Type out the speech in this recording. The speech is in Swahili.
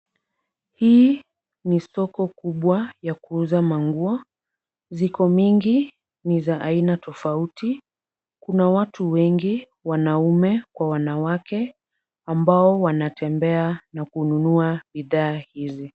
Hii ni soko kubwaa ya kuza manguo ziko mingi ni za aina tofauti, kuna watu wengi wanaume kwa wanawake ambao wanatembea na kununua bidhaa hizi.